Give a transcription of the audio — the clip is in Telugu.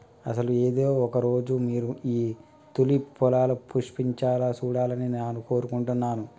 అసలు ఏదో ఒక రోజు మీరు మీ తూలిప్ పొలాలు పుష్పించాలా సూడాలని నాను కోరుకుంటున్నాను